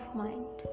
mind